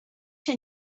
się